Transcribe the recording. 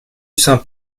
sainte